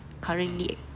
currently